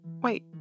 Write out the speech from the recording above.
Wait